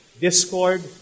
discord